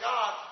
God